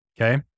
Okay